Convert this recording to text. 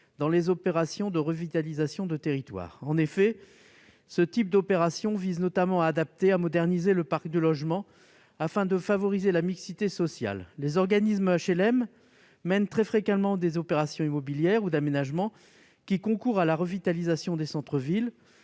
dans les opérations de revitalisation de territoire (ORT). Rappelons que ces opérations visent, notamment, à adapter et à moderniser le parc de logements afin de favoriser la mixité sociale. Les organismes d'HLM mènent très fréquemment des opérations immobilières ou d'aménagement qui concourent à la revitalisation des centres-villes.